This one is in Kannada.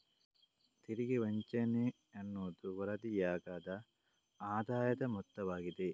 ತೆರಿಗೆ ವಂಚನೆಯ ಅನ್ನುವುದು ವರದಿಯಾಗದ ಆದಾಯದ ಮೊತ್ತವಾಗಿದೆ